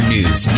News